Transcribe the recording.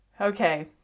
okay